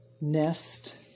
nest